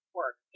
work